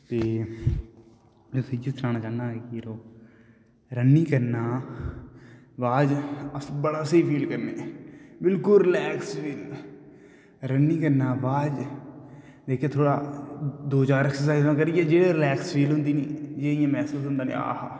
ते इयै सनाना चाह्न्नां रनिंग करने दा बाद च अस बड़ा स्हेई फील करने बिल्कुल रिलैक्स होई जन्ने रनिंग करने दे बाद च जेह्के थोह्ड़ा दो चार ऐक्सर्साइज़ां करियै रिलैक्स फील होंदी निं एह् मैह्सूस होंदा आहा हा